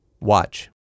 Watch